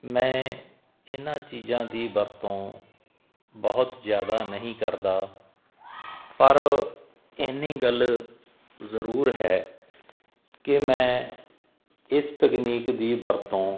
ਮੈਂ ਇਹਨਾਂ ਚੀਜ਼ਾਂ ਦੀ ਵਰਤੋਂ ਬਹੁਤ ਜ਼ਿਆਦਾ ਨਹੀਂ ਕਰਦਾ ਪਰ ਇੰਨੀ ਗੱਲ ਜ਼ਰੂਰ ਹੈ ਕਿ ਮੈਂ ਇਸ ਤਕਨੀਕ ਦੀ ਵਰਤੋਂ